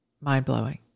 mind-blowing